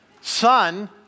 Son